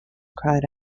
cried